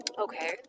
Okay